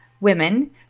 women